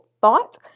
thought